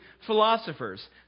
philosophers